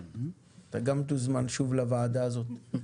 אתה גם תוזמן שוב לוועדה הזאת.